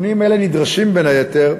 נדרשים, בין היתר,